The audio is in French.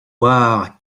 noirs